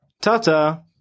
Ta-ta